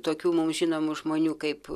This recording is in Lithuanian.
tokių mums žinomų žmonių kaip